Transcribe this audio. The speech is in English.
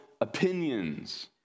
opinions